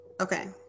Okay